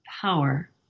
power